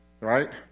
Right